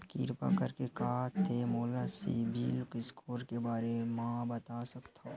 किरपा करके का तै मोला सीबिल स्कोर के बारे माँ बता सकथस?